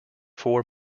four